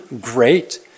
great